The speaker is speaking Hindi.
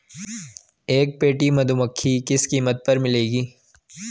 एक पेटी मधुमक्खी किस कीमत पर मिलेगी?